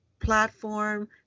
platform